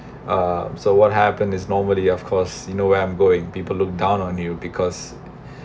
uh so what happened is normally of course you know where I'm going people look down on you because